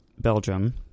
Belgium